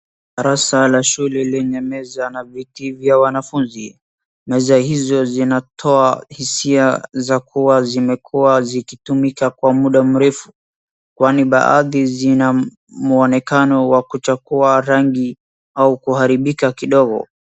Darasa la shule lenye meza na viti vya wanafunzi na za hizo zinatoa hisia za kuwa zimekuwa zikitumika kwa muda mrefu. Kwani baadhi zina mwonekano wa kuchakuwa rangi au kuharibika kidogo.